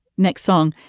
next song.